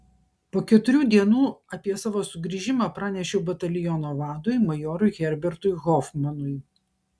po keturių dienų apie savo sugrįžimą pranešiau bataliono vadui majorui herbertui hofmanui